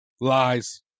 Lies